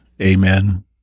amen